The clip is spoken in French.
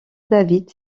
david